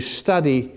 study